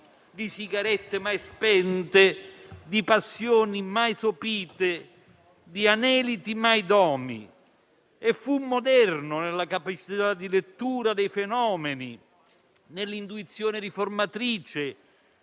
di sigarette mai spente, di passioni mai sopite, di aneliti mai domi, e fu moderno nella capacità di lettura dei fenomeni, nell'intuizione riformatrice,